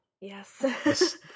Yes